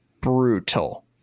brutal